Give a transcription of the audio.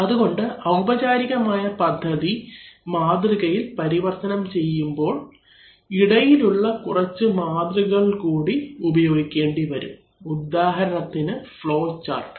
അതുകൊണ്ട് ഔപചാരികമായ പദ്ധതി മാതൃകയിൽ പരിവർത്തനം ചെയ്യപ്പെടുമ്പോൾ ഇടയിലുള്ള കുറച്ചു മാതൃകകൾ കൂടി ഉപയോഗിക്കേണ്ടിവരും ഉദാഹരണത്തിന് ഫ്ലോ ചാർട്ട്